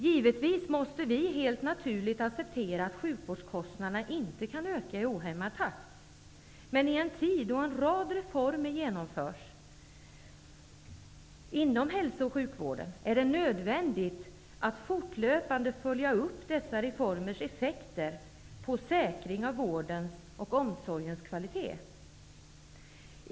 Givetvis måste vi helt naturligt acceptera att sjukvårdskostnaderna inte kan öka i ohämmad takt. Men i en tid då en rad reformer genomförs inom hälso och sjukvården är det nödvändigt att fortlöpande följa upp dessa reformers effekter för säkring av vårdens och omsorgens kvalitet.